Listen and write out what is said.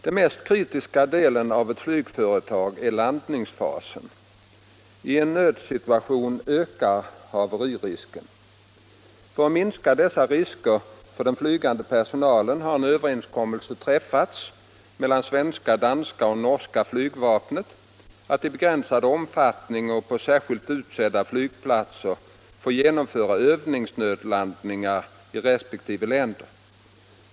Den mest kritiska delen av ett flygföretag är landningsfasen. I en nödsituation ökar haveririsken. För att minska dessa risker för den flygande personalen har en överenskommelse träffats mellan svenska, danska och norska flygvapnen att i begränsad omfattning och på särskilt utsedda flygplatser få genomföra övningsnödlandningar i resp. länder.